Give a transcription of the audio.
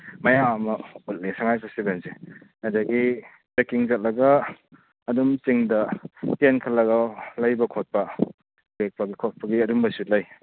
ꯃꯌꯥꯝ ꯑꯃ ꯎꯠꯂꯦ ꯁꯉꯥꯏ ꯐꯦꯁꯇꯤꯚꯦꯜꯁꯦ ꯑꯗꯒꯤ ꯇ꯭ꯔꯦꯛꯀꯤꯡ ꯆꯠꯂꯒ ꯑꯗꯨꯝ ꯆꯤꯡꯗ ꯇꯦꯟꯠ ꯈꯜꯂꯒ ꯂꯩꯕ ꯈꯣꯠꯄ ꯂꯦꯛꯄꯒꯤ ꯈꯣꯠꯄꯒꯤ ꯑꯗꯨꯝꯕꯁꯨ ꯂꯩ